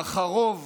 אך הרוב